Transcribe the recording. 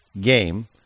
game